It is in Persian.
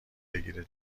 بگیره